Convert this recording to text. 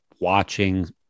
watching